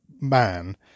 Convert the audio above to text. man